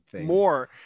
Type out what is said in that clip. more